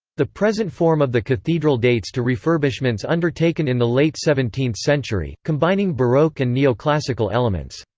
the present form of the cathedral dates to refurbishments undertaken in the late seventeenth century, combining baroque and neoclassical elements.